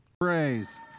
Praise